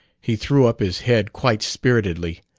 he threw up his head quite spiritedly.